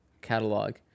catalog